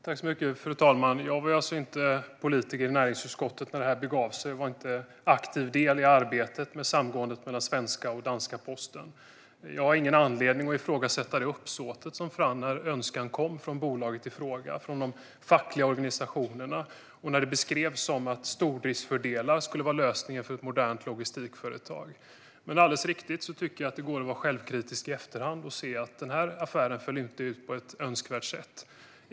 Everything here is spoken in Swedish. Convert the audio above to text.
Fru talman! Jag var inte politiker i näringsutskottet när det begav sig och tog inte aktiv del i arbetet med samgåendet mellan svenska och danska posten. Jag har ingen anledning att ifrågasätta uppsåtet när frågan kom från bolaget i fråga och från de fackliga organisationerna och när det beskrevs som att stordriftsfördelar skulle vara lösningen för ett modernt logistikföretag. Men alldeles riktigt tycker jag att det går att vara självkritisk i efterhand och se att den här affären inte föll ut på ett önskvärt sätt.